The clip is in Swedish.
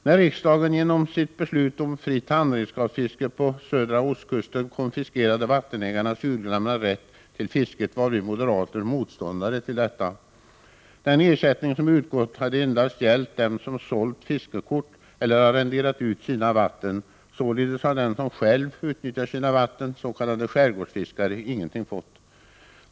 När riksdagen genom beslutet om fritt handredskapsfiske på södra ostkusten konfiskerade vattenägarnas urgamla rätt till fisket var vi moderater motståndare till detta. Den ersättning som utgått har endast gällt dem som sålt fiskekort eller arrenderat ut sina vatten. Således har den som själv utnyttjar sina vatten, s.k. skärgårdsfiskare, ingenting fått.